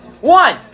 One